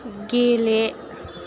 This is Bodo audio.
गेले